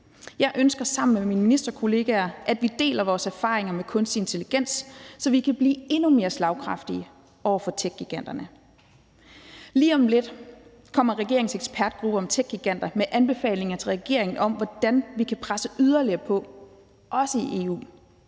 Jeg ønsker sammen med mine ministerkollegaer at dele vores erfaringer om kunstig intelligens, så vi kan blive endnu mere slagkraftige over for techgiganterne. Lige om lidt kommer regeringens ekspertgruppe om techgiganter med anbefalinger til regeringen om, hvordan vi kan presse yderligere på, også i EU.